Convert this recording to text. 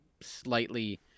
slightly